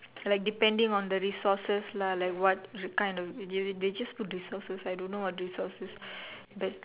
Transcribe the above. like depending on the resources lah like what the kind of they they just put resources I don't know what resources but